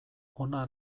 ona